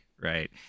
right